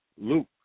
Luke